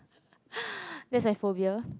that's my phobia